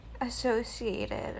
associated